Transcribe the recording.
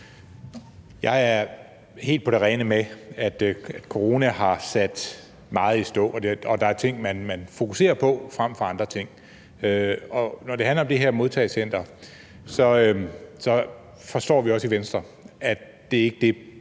Jeg er helt på det rene med, at corona har sat meget i stå, og at der er ting, man fokuserer på frem for andre ting, og når det handler om det her modtagecenter, forstår vi også i Venstre, at det ikke er det,